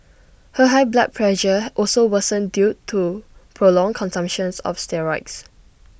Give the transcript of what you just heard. her high blood pressure also worsened due to prolonged consumptions of steroids